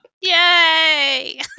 Yay